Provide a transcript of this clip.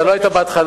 אתה לא היית בהתחלה.